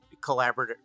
collaborative